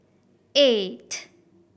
eight